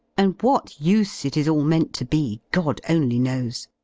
and what use it is all meant to be, god only knows.